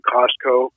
Costco